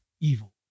Evil